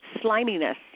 sliminess